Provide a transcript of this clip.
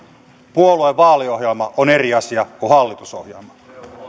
puolueen vaaliohjelma on eri asia kuin hallitusohjelma